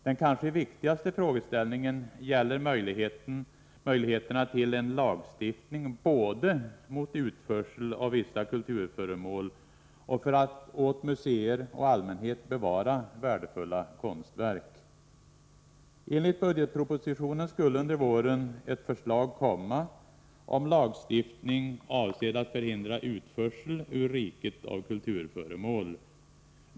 Den kanske viktigaste frågeställningen gäller möjligheterna till en lagstiftning både mot utförsel av vissa kulturföremål och för att åt museer och allmänhet bevara värdefulla konstverk. Enligt budgetpropositionen skulle under våren ett förslag komma om lagstiftning avsedd att förhindra utförsel ur riket av kulturföremål.